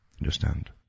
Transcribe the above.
understand